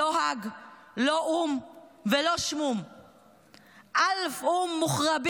לא האג, לא או"ם ולא שמום (אומרת בערבית